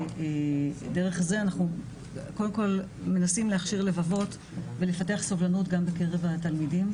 ודרך זה אנחנו מנסים להכשיר לבבות ולפתח סובלנות גם בקרב התלמידים.